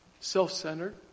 self-centered